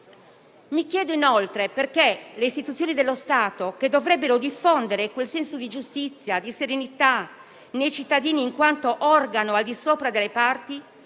Mi chiedo inoltre perché le istituzioni dello Stato, che dovrebbero infondere un senso di giustizia e serenità nei cittadini, in quanto organo al di sopra delle parti,